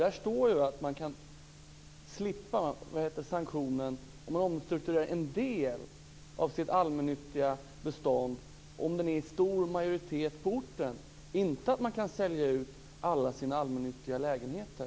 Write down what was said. Där står det att kommuner kan slippa sanktionen om de omstrukturerar en del av sitt allmännyttiga bestånd om det är i stor majoritet på orten. Det står inte att de kan sälja ut alla sina allmännyttiga lägenheter.